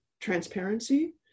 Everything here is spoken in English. transparency